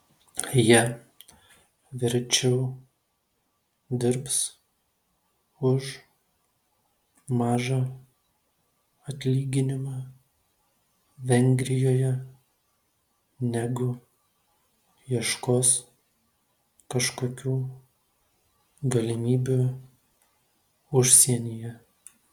jie verčiau dirbs už mažą atlyginimą vengrijoje negu ieškos kažkokių galimybių užsienyje